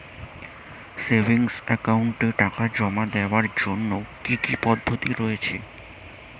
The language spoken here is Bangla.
সেভিংস একাউন্টে টাকা জমা দেওয়ার জন্য কি কি পদ্ধতি রয়েছে?